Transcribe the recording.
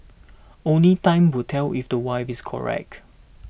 only time will tell if the wife is correct